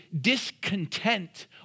discontent